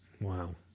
Wow